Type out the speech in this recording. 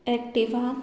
Activa